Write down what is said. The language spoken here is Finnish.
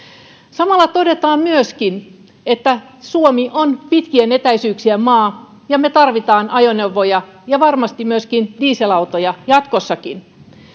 samalla todetaan myöskin että suomi on pitkien etäisyyksien maa ja me tarvitsemme ajoneuvoja ja varmasti myöskin dieselautoja jatkossakin